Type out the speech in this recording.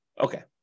Okay